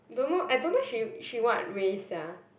don't know I don't know she she what race sia